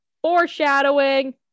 Foreshadowing